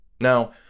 Now